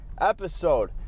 episode